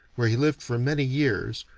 where he lived for many years,